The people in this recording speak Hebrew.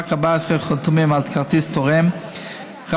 רק